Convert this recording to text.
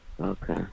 Okay